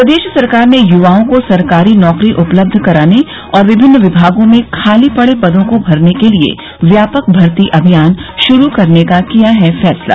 प्रदेश सरकार ने यूवाओं को सरकारी नौकरी उपलब्ध कराने और विभिन्न विभागों में खाली पड़े पदों को भरने के लिए व्यापक भर्ती अभियान शुरू करने का किया है फैसला